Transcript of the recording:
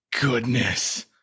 goodness